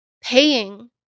paying